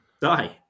die